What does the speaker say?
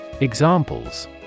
Examples